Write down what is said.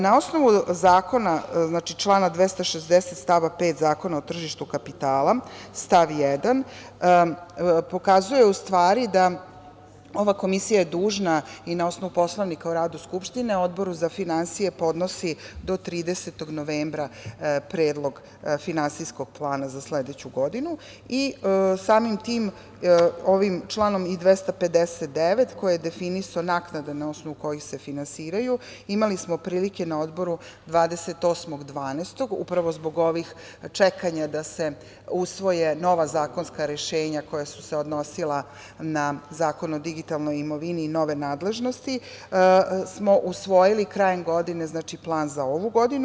Na osnovu zakona, znači člana 260. stav 5. Zakona o tržištu kapitala stav 1. pokazuje u stvari da ova Komisija je dužna i na osnovu Poslovnika o radu Skupštine Odboru za finansije podnosi do 30. novembra predlog finansijskog plana za sledeću godinu i samim tim ovim članom 259. koji je definisao naknade na osnovu kojih se finansiraju, imali smo prilike na Odboru 28. decembra, uprvo zbog ovih čekanja da se usvoje nova zakonska rešenja koja su se odnosila na Zakon o digitalnoj imovini i nove nadležnosti smo usvojili krajem godine, znači plan za ovu godinu.